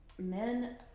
men